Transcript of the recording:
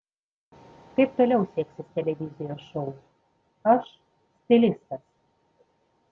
kaip toliau seksis televizijos šou aš stilistas